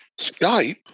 Skype